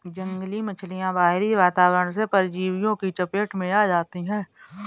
जंगली मछलियाँ बाहरी वातावरण से परजीवियों की चपेट में आ जाती हैं